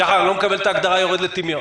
שחר, אני לא מקבל את ההגדרה "יורד לטמיון".